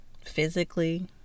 physically